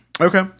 Okay